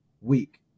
week